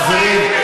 חברים,